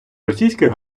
російських